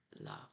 love